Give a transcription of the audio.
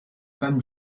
femme